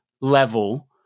level